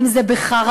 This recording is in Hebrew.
אם זה בחרמות,